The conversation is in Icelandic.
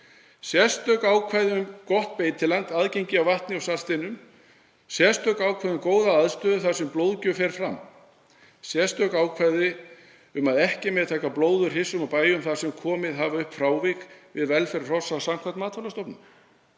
sérstök ákvæði um gott beitiland og aðgengi að vatni og saltsteinum. Sérstök ákvæði um góða aðstöðu þar sem blóðgjöf fer fram. Sérstök ákvæði um að ekki megi taka blóð úr hryssum á bæjum þar sem komið hafa upp frávik við velferð hrossa samkvæmt Matvælastofnun.